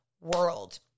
world